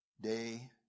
day